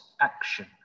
action